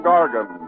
Gargan